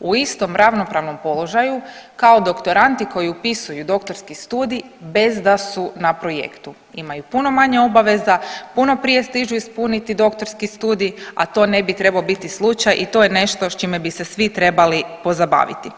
u istom ravnopravnom položaju kao doktoranti koji upisuju doktorski studij bez da su na projektu, imaju puno manje obaveza, puno prije stižu ispuniti doktorski studij, a to ne bi trebao biti slučaj i to je nešto s čime bi se svi trebali pozabaviti.